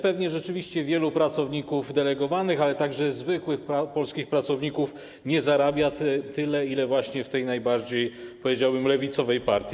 Pewnie rzeczywiście wielu pracowników delegowanych, ale także zwykłych polskich pracowników nie zarabia tyle, ile właśnie w tej najbardziej, powiedziałbym, lewicowej partii.